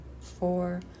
four